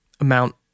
amount